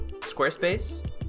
Squarespace